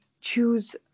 choose